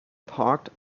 parked